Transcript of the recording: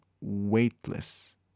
weightless